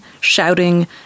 shouting